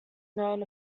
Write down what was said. known